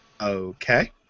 Okay